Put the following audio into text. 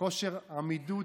כושר עמידות,